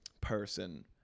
person